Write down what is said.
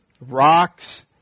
rocks